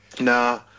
Nah